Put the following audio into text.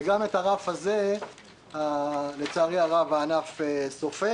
וגם את הרף הזה לצערי הרב הענף סופג.